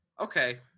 Okay